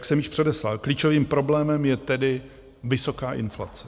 Jak jsem již předeslal, klíčovým problémem je tedy vysoká inflace.